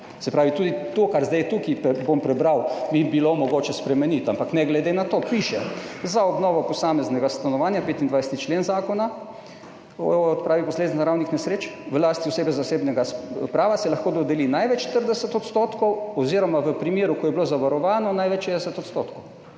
Se pravi, tudi to, kar zdaj tukaj bom prebral, bi bilo mogoče spremeniti, ampak ne glede na to piše: Za obnovo posameznega stanovanja 25. člen Zakona o odpravi posledic naravnih nesreč v lasti osebe zasebnega prava se lahko dodeli največ 40 % oziroma v primeru, ko je bilo zavarovano največ 60 %.